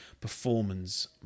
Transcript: performance